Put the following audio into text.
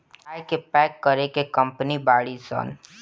चाय के पैक करे के कंपनी बाड़ी सन